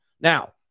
Now